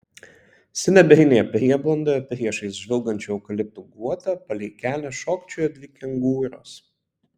sidabrinėje prieblandoje priešais žvilgančių eukaliptų guotą palei kelią šokčiojo dvi kengūros